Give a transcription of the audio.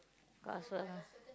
class work ah